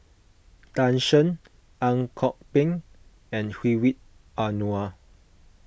Tan Shen Ang Kok Peng and Hedwig Anuar